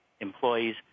employees